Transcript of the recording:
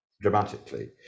dramatically